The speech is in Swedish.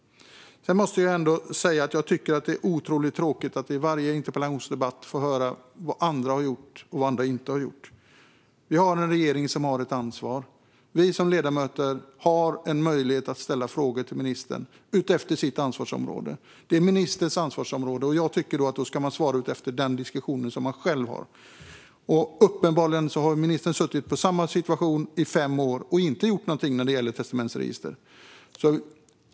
Sedan måste jag ändå säga att det är otroligt tråkigt att i varje interpellationsdebatt få höra vad andra har gjort och vad andra inte har gjort. Vi har en regering som har ett ansvar. Vi som ledamöter har en möjlighet att ställa frågor till ministern efter sitt ansvarsområde. Det är ministerns ansvarsområde, och då tycker jag att man ska svara efter den diskussion som man själv har. Uppenbarligen har ministern suttit i samma situation i fem år och inte gjort någonting när det gäller testamentsregister.